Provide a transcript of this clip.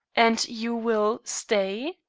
and you will stay?